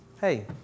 Hey